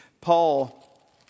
Paul